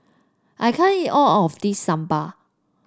I can't eat all of this sambal